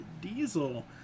Diesel